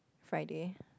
Friday